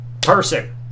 person